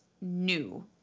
new